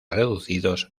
reducidos